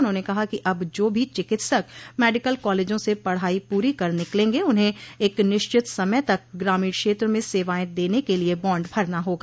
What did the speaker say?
उन्होंने कहा कि अब जो भी चिकित्सक मेडिकल कॉलेजों से पढ़ाई पूरी कर निकलेंगे उन्हें एक निश्चित समय तक ग्रामीण क्षेत्र में सेवाएं देने के लिये बॉड भरना होगा